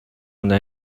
өмнө